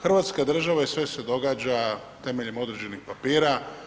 Hrvatska država i sve se događa temeljem određenih papira.